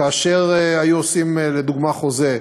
כאשר היו עושים, לדוגמה, חוזה,